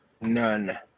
None